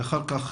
ואחר כך